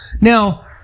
Now